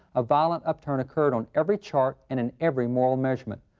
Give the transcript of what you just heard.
a violent upturn occurred on every chart and in every moral measurement.